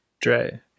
Dre